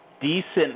decent